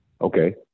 Okay